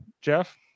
jeff